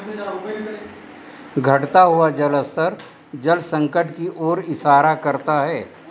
घटता हुआ जल स्तर जल संकट की ओर इशारा है